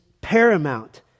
paramount